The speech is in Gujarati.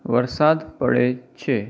વરસાદ પડે છે